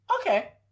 Okay